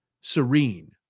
serene